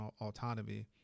autonomy